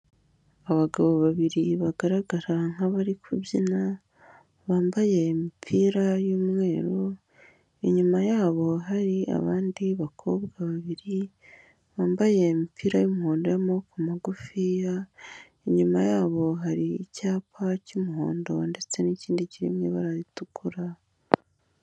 Abagabo babiri bagaragara nk'abari kubyina, bambaye imipira y'umweru, inyuma yabo hari abandi bakobwa babiri, bambaye imipira y'umuhondo, y'amaboko magufiya, inyuma yabo hari icyapa cy'umuhondo, ndetse n'ikindi kiri mu ibara ritukura.